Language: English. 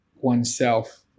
oneself